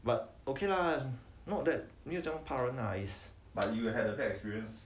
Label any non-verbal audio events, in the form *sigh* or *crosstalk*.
but okay lah not that 没有这样怕人啊 is *noise*